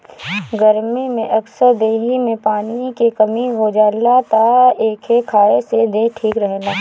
गरमी में अक्सर देहि में पानी के कमी हो जाला तअ एके खाए से देहि ठीक रहेला